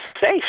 safe